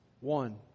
One